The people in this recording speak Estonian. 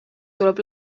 tuleb